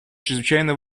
чрезвычайно